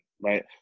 right